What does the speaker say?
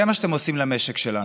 זה מה שאתם עושים למשק שלנו.